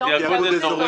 מתיאגוד.